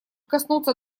коснуться